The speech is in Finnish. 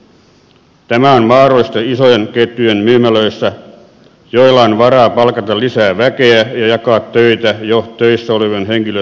tämä on mahdollista isojen ketjujen myymälöissä joilla on varaa palkata lisää väkeä ja jakaa töitä jo töissä olevan henkilöstön kesken